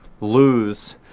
lose